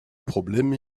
problème